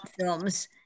films